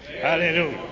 Hallelujah